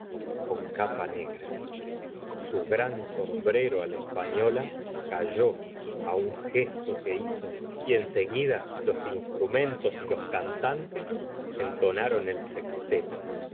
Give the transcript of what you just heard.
con capa negra su gran sombrero á la española cayó á un gesto que hizo y en seguida los instrumentos y los cantantes entonaron el sexteto